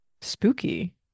spooky